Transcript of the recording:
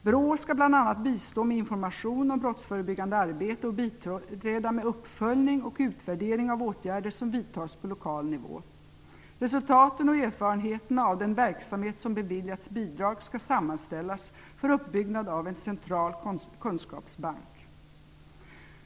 BRÅ skall bl.a. bistå med information om brottsförebyggande arbete och biträda med uppföljning och utvärdering av åtgärder som vidtas på lokal nivå. Resultaten och erfarenheterna av den verksamhet som beviljats bidrag skall sammanställas för uppbyggnad av en central kunskapsbank.